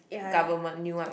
government new one what